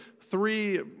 three